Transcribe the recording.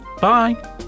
Bye